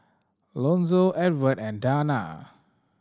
Lonzo Evert and Danna